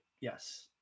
yes